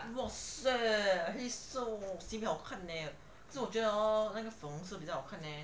!wahseh! 黑色 hor sibeh 好看 leh 可是我觉得 hor 那个粉红色比较好看 leh